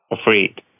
afraid